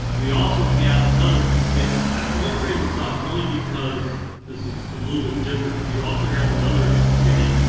we also have another committee i'm going to bring this up only because this is a little bit different. we also have another committee,